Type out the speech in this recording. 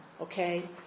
okay